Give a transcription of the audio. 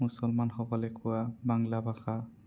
মুছলমানসকলে কোৱা বাংলা ভাষা